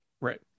Right